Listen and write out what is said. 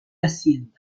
hacienda